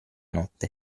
notte